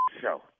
Show